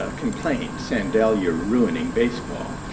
ah complained, sandel, you're ruining baseball.